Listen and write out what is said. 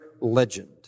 legend